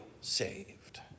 saved